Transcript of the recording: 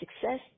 success